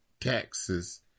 taxes